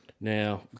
Now